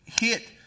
hit